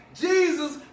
Jesus